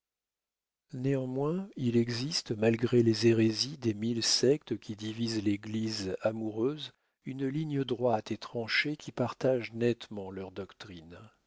néanmoins il existe malgré les hérésies des mille sectes qui divisent l'église amoureuse une ligne droite et tranchée qui partage nettement leurs doctrines